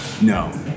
No